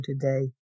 today